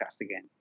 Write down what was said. again